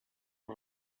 les